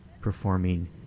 performing